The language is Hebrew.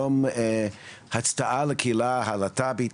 יום הצדעה לקהילה הלהט"בית.